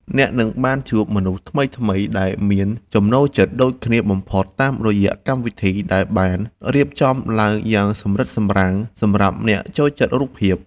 អ្នកនឹងបានជួបមនុស្សថ្មីៗដែលមានចំណូលចិត្តដូចគ្នាបំផុតតាមរយៈកម្មវិធីដែលបានរៀបចំឡើងយ៉ាងសម្រិតសម្រាំងសម្រាប់អ្នកចូលចិត្តរូបភាព។